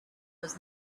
was